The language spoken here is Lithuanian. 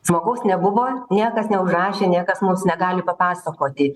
žmogaus nebuvo niekas neužrašė niekas mums negali papasakoti